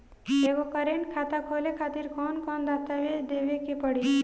एगो करेंट खाता खोले खातिर कौन कौन दस्तावेज़ देवे के पड़ी?